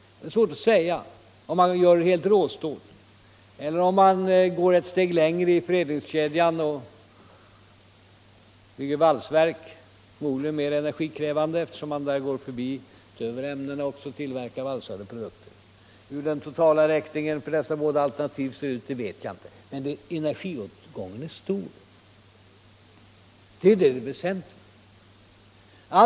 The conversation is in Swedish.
Det är svårt att säga, och det beror på om man gör råjärn eller om man går ett steg längre i förädlingskedjan och bygger ett valsverk. Det är något mer energikrävande om man också tillverkar valsade produkter. Hur den totala räkningen för båda dessa alternativ ser ut vet jag inte, men energiåtgången är stor. Det är det väsentliga.